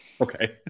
okay